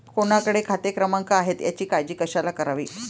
कोणाकडे खाते क्रमांक आहेत याची काळजी कशाला करावी